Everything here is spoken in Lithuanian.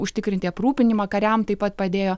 užtikrinti aprūpinimą kariam taip pat padėjo